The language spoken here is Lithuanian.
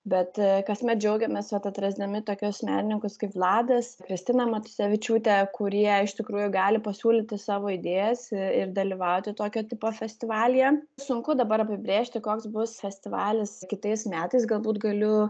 bet kasmet džiaugiamės vat atrasdami tokius menininkus kaip vladas justina matusevičiūtė kurie iš tikrųjų gali pasiūlyti savo idėjas ir dalyvauti tokio tipo festivalyje sunku dabar apibrėžti koks bus festivalis kitais metais galbūt galiu